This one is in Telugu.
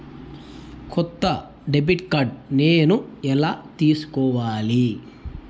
కొత్త డెబిట్ కార్డ్ నేను ఎలా తీసుకోవాలి?